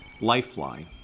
lifeline